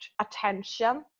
attention